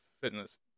Fitness